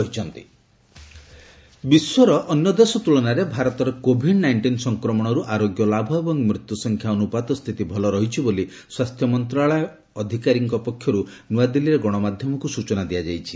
corona India ବିଶ୍ୱରେ ଅନ୍ୟ ଦେଶ ତୁଳନାରେ ଭାରତର କୋଭିଡ୍ ନାଇଷ୍ଟିନ୍ ସଂକ୍ରମଣରୁ ଆରୋଗକ୍ ଲାଭ ଏବଂ ମୃତ୍ୟୁ ସଂଖ୍ୟା ଅନୁପାତ ସ୍ଥିତି ଭଲ ରହିଛି ବୋଲି ସ୍ୱାସ୍ଥ୍ୟ ମନ୍ତ୍ରଣାଳୟ ଅଧିକାରୀଙ୍କ ପକ୍ଷରୁ ନୂଆଦିଲ୍ଲୀରେ ଗଣମାଧ୍ୟମକୁ ସୂଚନା ଦିଆଯାଇଛି